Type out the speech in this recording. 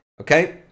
Okay